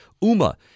UMA